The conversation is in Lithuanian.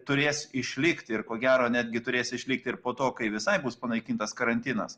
turės išlikt ir ko gero netgi turės išlikt ir po to kai visai bus panaikintas karantinas